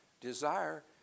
desire